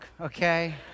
okay